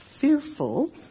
fearful